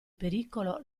pericolo